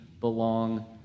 belong